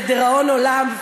לדיראון עולם,